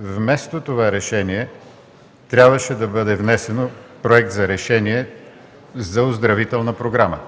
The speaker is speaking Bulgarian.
вместо това решение трябваше да бъде внесен Проект за решение за оздравителна програма,